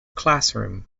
classroom